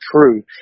true